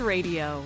Radio